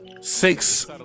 six